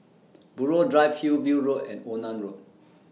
Buroh Drive Hillview Road and Onan Road